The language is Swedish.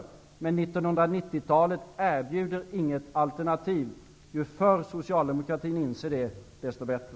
1990-talet erbjuder emellertid inget alternativ. Ju förr socialdemokratin inser det desto bättre.